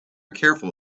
careful